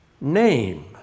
name